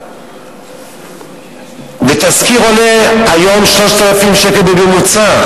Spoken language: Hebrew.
היום תסקיר עולה 3,000 שקל בממוצע.